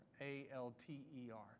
A-L-T-E-R